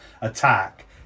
attack